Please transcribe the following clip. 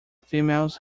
females